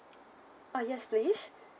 oh yes please